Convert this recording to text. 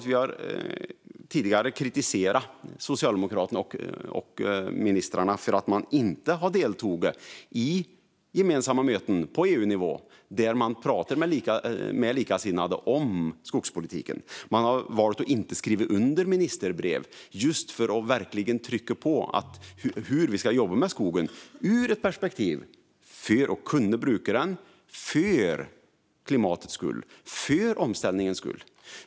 Vi har tidigare kritiserat socialdemokratiska ministrar för att de inte har deltagit i gemensamma möten på EU-nivå där man kan prata med likasinnade om skogspolitiken. Man har valt att inte skriva under ministerbrev för att trycka på hur vi ska jobba med skogen, ur perspektivet att bruka skogen, för klimatet, för omställningen.